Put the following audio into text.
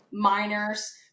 minors